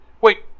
Wait